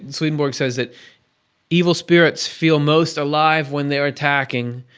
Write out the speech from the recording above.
swedenborg says that evil spirits feel most alive when they are attacking.